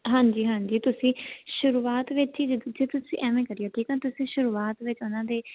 ਹਾਂਜੀ ਹਾਂਜੀ ਤੁਸੀਂ ਸ਼ੁਰੂਆਤ ਵਿੱਚ ਹੀ ਜੇ ਤੁਸੀਂ ਐਵੇਂ ਕਰਿਓ ਠੀਕ ਹੈ ਤੁਸੀਂ ਸ਼ੁਰੂਆਤ ਵਿੱਚ ਉਹਨਾਂ ਦੇ